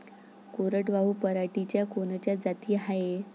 कोरडवाहू पराटीच्या कोनच्या जाती हाये?